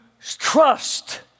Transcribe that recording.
trust